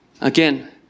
Again